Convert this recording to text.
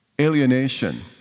Alienation